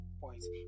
points